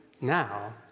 now